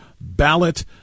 ballot